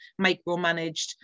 micromanaged